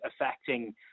affecting